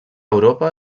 europa